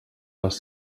les